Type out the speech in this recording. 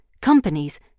companies